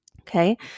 okay